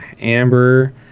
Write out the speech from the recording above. Amber